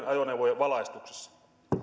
ajoneuvojen valaistuksessa